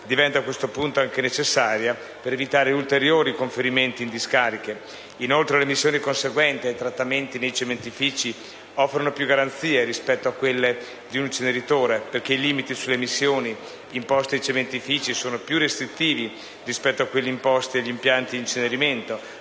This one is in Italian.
diventa a questo punto necessaria per evitare ulteriori conferimenti in discarica. Inoltre, le emissioni conseguenti ai trattamenti nei cementifici offrono più garanzie rispetto a quelle di un inceneritore, perché i limiti sulle emissioni imposti ai cementifici sono più restrittivi rispetto a quelli imposti agli impianti di incenerimento,